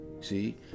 See